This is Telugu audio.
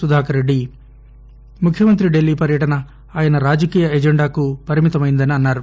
సుధాకర్రెడ్డి ముఖ్యమంత్రి డిల్లీ పర్యటన ఆయన రాజకీయ ఎజెండాకు పరిమితమని అన్నారు